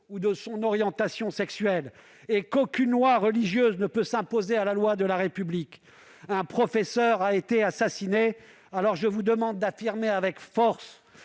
ou de son orientation sexuelle et qu'aucune loi religieuse ne peut s'imposer à la loi de la République. Un professeur a été assassiné. Alors, je vous demande d'affirmer avec force